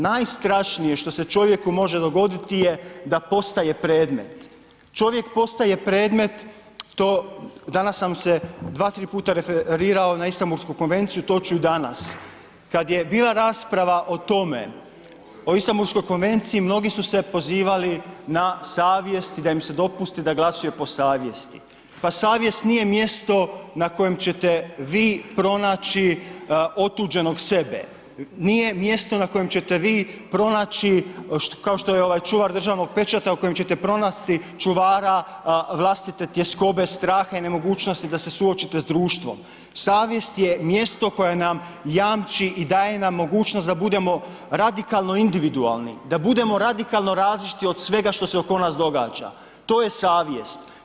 Najstrašnije što se čovjeku može dogoditi je da postaje predmet, čovjek postaje predmet, to, danas sam se 2-3 puta referirao na Istambulsku konvenciju, to ću i danas, kad je bila rasprava o tome, o Istambulskoj konvenciji, mnogi su se pozivali na savjest i da im se dopusti da glasuju po savjesti, pa savjest nije mjesto na kojem ćete vi pronaći otuđenog sebe, nije mjesto na kojem ćete vi pronaći, kao što je ovaj čuvar državnog pečata, u kojem ćete pronaći čuvara vlastite tjeskobe, straha i nemogućnosti da se suočite s društvom, savjest je mjesto koje nam jamči i daje nam mogućnost da budemo radikalno individualni da budemo radikalno različiti od svega što se oko nas događa, to je savjest.